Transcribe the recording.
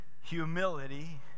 humility